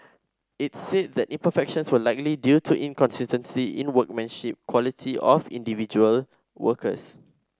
it said that imperfections were likely due to inconsistencies in workmanship quality of individual workers